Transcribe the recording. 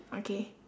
okay